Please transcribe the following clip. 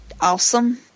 awesome